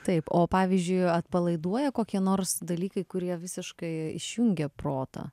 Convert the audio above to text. taip o pavyzdžiui atpalaiduoja kokie nors dalykai kurie visiškai išjungia protą